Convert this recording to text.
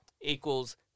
equals